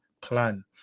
plan